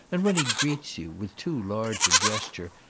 and when he greets you, with too large a gesture,